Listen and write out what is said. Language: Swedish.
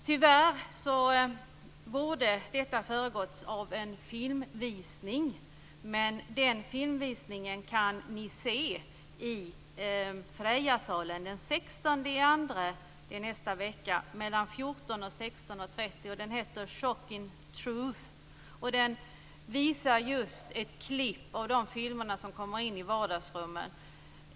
Denna debatt borde ha föregåtts av en filmvisning, men en sådan kommer i stället att genomföras i 16.30. Filmen heter Chocking Truth, och den visar klipp från filmer som kommer in i vardagsrummen.